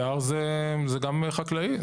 יער זה גם חקלאי.